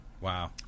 Wow